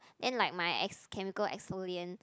then like my ex~ chemical exfoliant